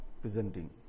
presenting